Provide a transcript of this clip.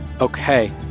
Okay